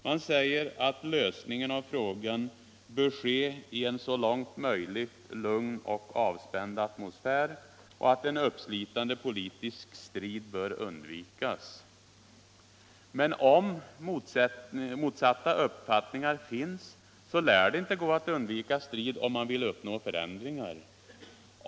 Man säger att lösningen av frågan bör ske i en så långt möjligt lugn och avspänd atmosfär och att en uppslitande politisk strid bör undvikas. Men om motsatta uppfattningar finns, så lär det inte gå att undvika strid om man vill uppnå förändringar.